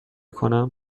کنم